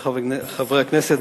חברי חברי הכנסת,